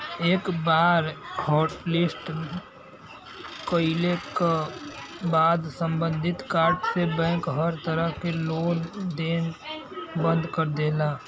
एक बार हॉटलिस्ट कइले क बाद सम्बंधित कार्ड से बैंक हर तरह क लेन देन बंद कर देला